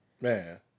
Man